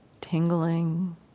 tingling